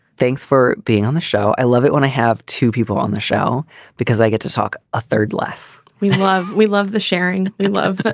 thanks for being on the show. i love it when i have two people on the show because i get to talk a third less. we love we love the sharing. we love. but